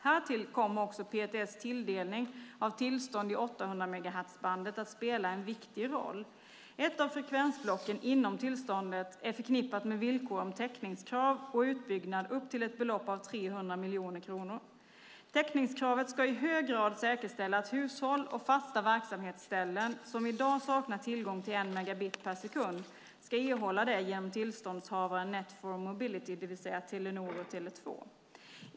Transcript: Härtill kommer också PTS tilldelning av tillstånd i 800-megahertzbandet att spela en viktig roll. Ett av frekvensblocken inom tillståndet är förknippat med villkor om täckningskrav och utbyggnad upp till ett belopp av 300 miljoner kronor. Täckningskravet ska i hög grad säkerställa att hushåll och fasta verksamhetsställen som i dag saknar tillgång till 1 megabit per sekund ska erhålla det genom tillståndshavaren, Net 4 Mobility, det vill säga Telenor och Tele 2.